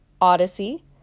odyssey